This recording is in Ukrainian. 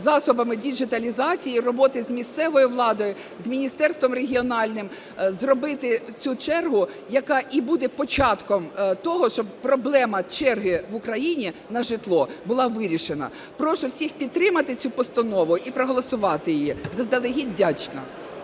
засобами діджиталізації, роботи з місцевою владою, з Міністерством регіональним зробити цю чергу, яка і буде початком того, що проблема черги в Україні на житло була вирішена. Прошу всіх підтримати цю постанову і проголосувати її. Заздалегідь вдячна.